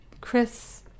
Chris